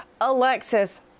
Alexis